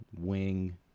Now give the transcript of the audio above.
wing